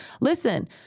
Listen